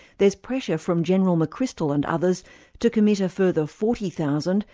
there's pressure from general mcchrystal and others to commit a further forty thousand,